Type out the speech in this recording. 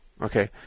Okay